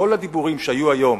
כל הדיבורים שהיו היום,